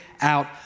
out